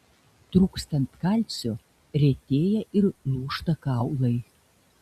trūkstant kalcio retėja ir lūžta kaulai